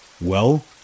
Well